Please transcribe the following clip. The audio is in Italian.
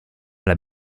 alla